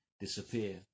disappear